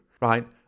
right